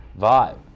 vibe